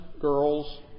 girls